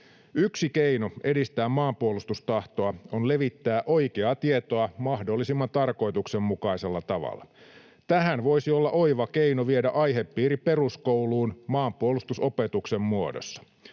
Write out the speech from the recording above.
Yksi keino edistää maanpuolustustahtoa on levittää oikeaa tietoa mahdollisimman tarkoituksenmukaisella tavalla. Tähän voisi olla oiva keino viedä aihepiiri peruskouluun maanpuolustusopetuksen muodossa.